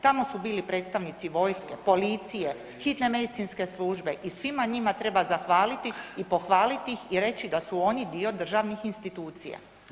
Tamo su bili predstavnici vojske, policije, hitne medicinske službe i svima njima treba zahvaliti i pohvaliti ih i reći da su oni dio državnih institucija.